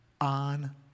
on